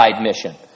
mission